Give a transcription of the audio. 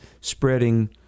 spreading